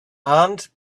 and